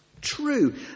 True